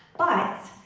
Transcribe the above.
but